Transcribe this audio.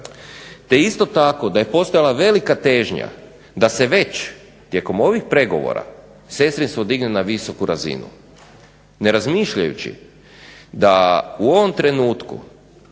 te isto tako da je postojala velika težnja da se već tijekom ovih pregovora sestrinstvo digne na visoku razinu ne razmišljajući da u ovom trenutku